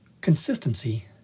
Consistency